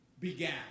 began